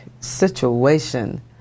situation